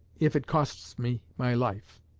if it costs me my life